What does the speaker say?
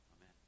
Amen